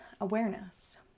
awareness